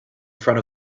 front